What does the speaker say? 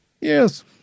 yes